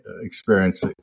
experience